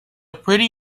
pretty